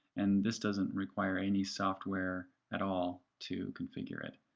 and this doesn't require any software at all to configure it.